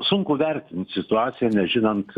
sunku vertint situaciją nežinant